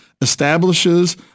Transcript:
establishes